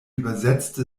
übersetzte